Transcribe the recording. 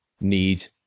need